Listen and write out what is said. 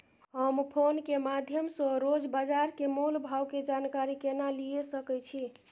हम फोन के माध्यम सो रोज बाजार के मोल भाव के जानकारी केना लिए सके छी?